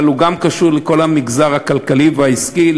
אבל זה גם קשור לכל המגזר הכלכלי והעסקי,